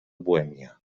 bohèmia